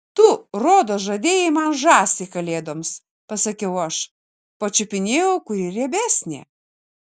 tu rodos žadėjai man žąsį kalėdoms pasakiau aš pačiupinėjau kuri riebesnė